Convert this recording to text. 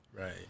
Right